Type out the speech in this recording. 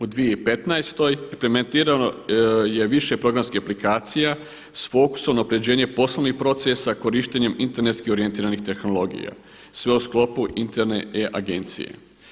U 2015. implementirano je više programskih aplikacija s fokusom unapređenja poslovnih procesa, korištenjem internetski orijentiranih tehnologija, sve u sklopu interne e-Agencije.